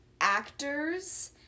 actors